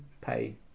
pay